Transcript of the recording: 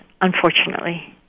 unfortunately